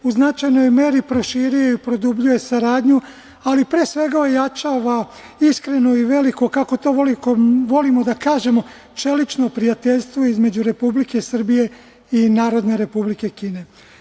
U značajnoj meri proširuje, produbljuje saradnju, ali pre svega ojačava iskrenu i veliku, kako to volimo da kažemo, čelično prijateljstvo između Republike Srbije i Narodne Republike Kine.